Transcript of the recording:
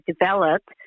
developed